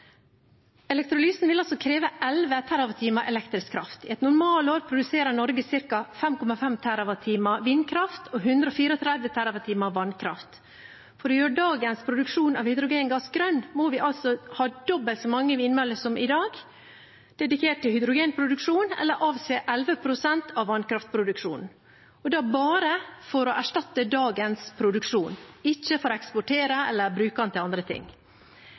Elektrolysen vil altså kreve 11 TWh elektrisk kraft. I et normalår produserer Norge ca. 5,5 TWh vindkraft og 134 TWh vannkraft. For å gjøre dagens produksjon av hydrogengass grønn må vi altså ha dobbelt så mange vindmøller som i dag dedikert til hydrogenproduksjon, eller avse 11 pst. av vannkraftproduksjonen, og da bare for å erstatte dagens produksjon, ikke for å eksportere eller bruke den til andre ting.